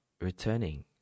returning